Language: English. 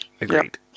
Agreed